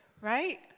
right